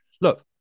look